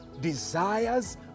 desires